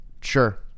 Sure